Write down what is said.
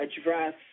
Address